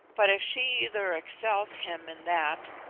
but if she either excels him in that,